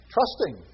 Trusting